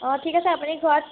অঁ ঠিক আছে আপুনি ঘৰত